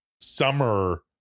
summer